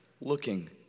looking